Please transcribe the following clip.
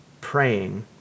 praying